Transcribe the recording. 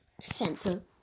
sensor